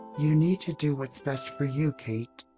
you need to do what's best for you, kate.